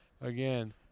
again